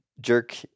jerk